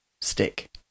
Stick